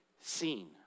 seen